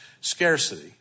scarcity